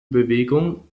bewegung